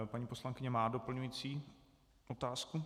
Paní poslankyně má doplňující otázku.